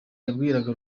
yabwiraga